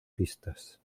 pistas